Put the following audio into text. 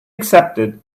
accepted